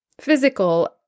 physical